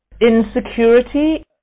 insecurity